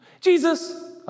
Jesus